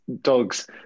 dogs